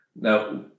Now